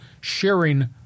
sharing